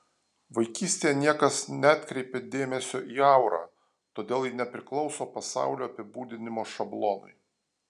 vaikystėje niekas neatkreipė dėmesio į aurą todėl ji nepriklauso pasaulio apibūdinimo šablonui